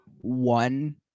one